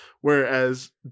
whereas